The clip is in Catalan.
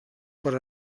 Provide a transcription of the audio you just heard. per